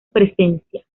presencia